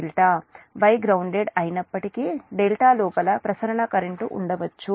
Y grounded అయినప్పటికీ delta లోపల ప్రసరణ కరెంట్ ఉండవచ్చు